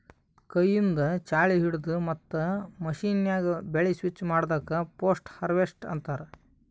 ಕೈಯಿಂದ್ ಛಾಳಿ ಹಿಡದು ಮತ್ತ್ ಮಷೀನ್ಯಾಗ ಬೆಳಿ ಸ್ವಚ್ ಮಾಡದಕ್ ಪೋಸ್ಟ್ ಹಾರ್ವೆಸ್ಟ್ ಅಂತಾರ್